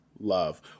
Love